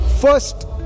first